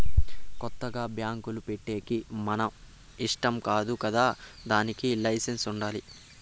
కొత్తగా బ్యాంకులు పెట్టేకి మన ఇష్టం కాదు కదా దానికి లైసెన్స్ ఉండాలి